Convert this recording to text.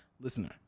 listener